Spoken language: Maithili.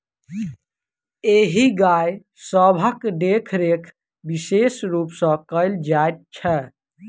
एहि गाय सभक देखरेख विशेष रूप सॅ कयल जाइत छै